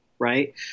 right